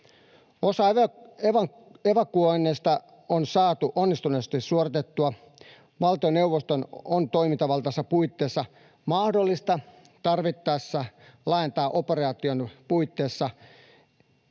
Osa evakuoinneista on saatu onnistuneesti suoritettua. Valtioneuvoston on toimivaltansa puitteissa mahdollista tarvittaessa laajentaa operaation puitteissa